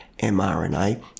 mRNA